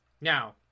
Now